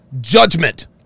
judgment